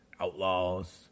Outlaws